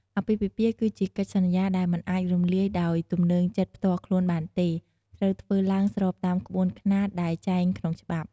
អាពាហ៍ពិពាហ៍គឺជាកិច្ចសន្យាដែលមិនអាចរំលាយដោយទំនើងចិត្តផ្ទាល់ខ្លួនបានទេ ត្រូវធ្វើឡើងស្របតាមក្បួនខ្នាតដែលចែងក្នុងច្បាប់។